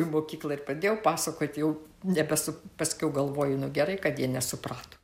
į mokyklą ir pradėjau pasakoti jau nebesu paskui galvoju nu gerai kad jie nesuprato